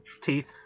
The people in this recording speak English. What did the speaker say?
teeth